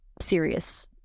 serious